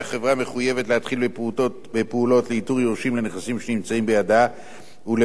להתחיל בפעולות לאיתור יורשים לנכסים שנמצאים בידה ולתת החלטות